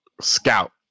scout